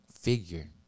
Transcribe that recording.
figure